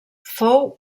fou